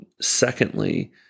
Secondly